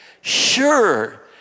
sure